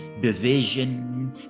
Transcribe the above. division